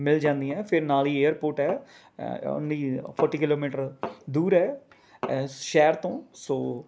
ਮਿਲ ਜਾਦੀਆਂ ਫਿਰ ਨਾਲ ਹੀ ਏਅਰਪੋਰਟ ਹੈ ਫੋਰਟੀ ਕਿਲੋਮੀਟਰ ਦੂਰ ਹੈ ਸ਼ਹਿਰ ਤੋਂ ਸੋ